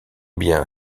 bien